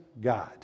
God